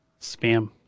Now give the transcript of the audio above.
Spam